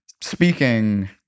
speaking